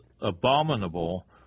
abominable